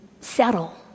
settle